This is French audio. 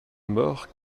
mort